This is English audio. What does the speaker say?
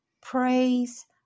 praise